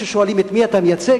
כששואלים את מי אתה מייצג,